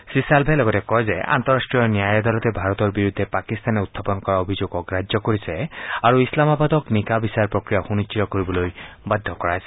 শ্ৰীচালভে লগতে কয় আন্তঃৰাষ্ট্ৰীয় ন্যায় আদালতে ভাৰতৰ বিৰুদ্ধে পাকিস্তানী উখাপন কৰি অভিযোগ অগ্ৰাহ্য কৰিছে আৰু ইছলামাবাদক নিকা বিচাৰ প্ৰক্ৰিয়া সুনিশ্চিত কৰিবলৈ বাধ্য কৰাইছে